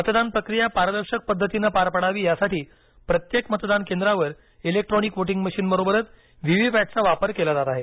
मतदान प्रक्रिया पारदर्शक पद्धतीनं पार पडावी यासाठी प्रत्येक मतदान केंद्रावर इलेक्ट्रॉनिक वोटिंग मशीन बरोबरच व्ही व्ही पॅटचा वापर केला जात आहे